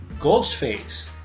Ghostface